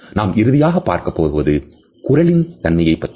நாம் இறுதியாக பார்க்கப்போவது குரலின் தன்மையை பற்றியது